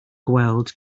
gweld